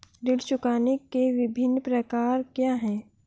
ऋण चुकाने के विभिन्न प्रकार क्या हैं?